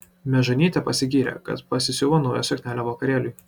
mežonytė pasigyrė kad pasisiuvo naują suknelę vakarėliui